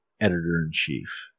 editor-in-chief